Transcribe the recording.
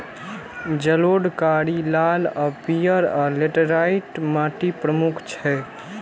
जलोढ़, कारी, लाल आ पीयर, आ लेटराइट माटि प्रमुख छै